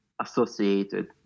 associated